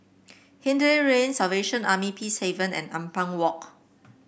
Hindhede Lane Salvation Army Peacehaven and Ampang Walk